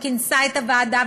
שכינסה את הוועדה,